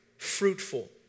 Fruitful